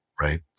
right